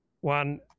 one